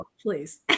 please